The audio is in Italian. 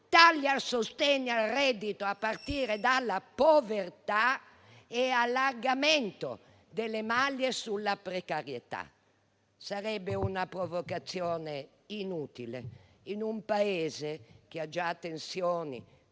tagli al sostegno al reddito, a partire dalla povertà, e allargamento delle maglie sulla precarietà. Sarebbe una provocazione inutile in un Paese che ha già tensioni